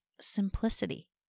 simplicity